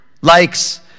likes